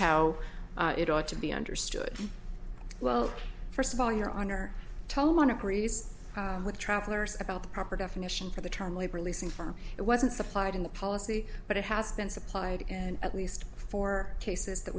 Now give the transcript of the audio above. how it ought to be understood well first of all your honor told want to grease what travelers about the proper definition for the term labor leasing firm it wasn't supplied in the policy but it has been supplied and at least four cases that